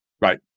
right